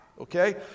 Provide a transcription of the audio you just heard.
Okay